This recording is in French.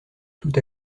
tout